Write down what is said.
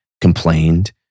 Complained